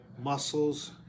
Muscles